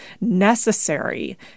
necessary